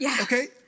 okay